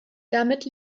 damit